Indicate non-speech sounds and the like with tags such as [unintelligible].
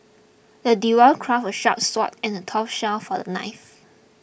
the [unintelligible] crafted a sharp sword and a tough shield for the knight